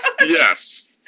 Yes